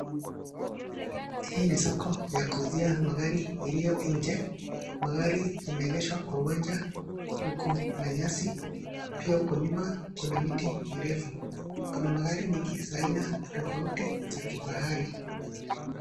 Hii ni soko ya kuuzia magari iliyo nje. Magari imeegeshwa kwa uwanja huko na nyasi. Pia huko nyuma kuna miti mirefu. Kuna magari mengi za aina tofauti za kifahari.